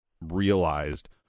realized